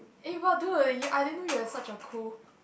eh but dude you I didn't know you are such a cool